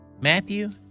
Matthew